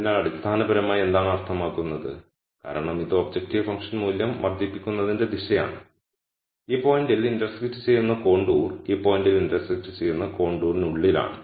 അതിനാൽ അടിസ്ഥാനപരമായി എന്താണ് അർത്ഥമാക്കുന്നത് കാരണം ഇത് ഒബ്ജക്റ്റീവ് ഫങ്ക്ഷൻ മൂല്യം വർദ്ധിപ്പിക്കുന്നതിന്റെ ദിശയാണ് ഈ പോയിന്റിൽ ഇന്റർസെക്റ്റ് ചെയ്യുന്ന കോണ്ടൂർ ഈ പോയിന്റിൽ ഇന്റർസെക്റ്റ് ചെയ്യുന്ന കോണ്ടൂർനുള്ളിലാണ്